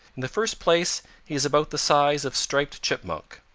in the first place he is about the size of striped chipmunk.